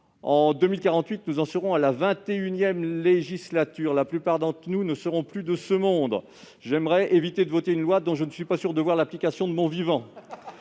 En 2048, nous en serons à la vingt et unième législature et la plupart d'entre nous ne sera plus de ce monde. J'aimerais éviter de voter une loi dont je ne suis pas certain de voir l'application de mon vivant.